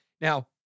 Now